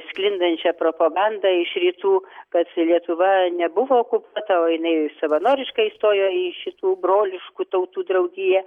sklindančią propagandą iš rytų kad lietuva nebuvo okupuota o jinai savanoriškai įstojo į šitų broliškų tautų draugiją